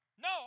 No